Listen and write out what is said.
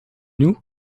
nous